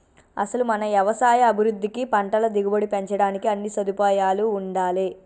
అసలు మన యవసాయ అభివృద్ధికి పంటల దిగుబడి పెంచడానికి అన్నీ సదుపాయాలూ ఉండాలే